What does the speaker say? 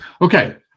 Okay